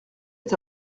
est